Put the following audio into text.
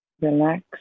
relax